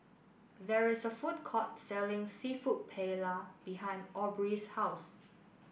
there is a food court selling Seafood Paella behind Aubree's house